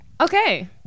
Okay